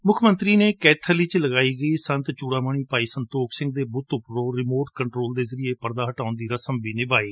ਮੁੱਖਮੰਤਰੀ ਨੇ ਕੈਬਲ ਵਿੱਚ ਲਗਾਈ ਗਈ ਸੰਤ ਚੁੜਾਮਣੀ ਭਾਈ ਸੰਤੋਖ ਸਿੰਘ ਦੇ ਬੁੱਤ ਤੋਂ ਰਿਮੋਟ ਕੰਟਰੋਲ ਦੇ ਜਰਿਏ ਪਰਦਾ ਹਟਾਉਣ ਦੀ ਰਸਮ ਨਿਭਾਈ